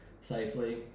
safely